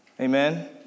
Amen